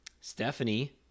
Stephanie